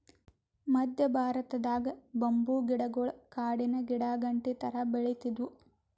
ಮದ್ಯ ಭಾರತದಾಗ್ ಬಂಬೂ ಗಿಡಗೊಳ್ ಕಾಡಿನ್ ಗಿಡಾಗಂಟಿ ಥರಾ ಬೆಳಿತ್ತಿದ್ವು